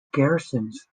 garrisons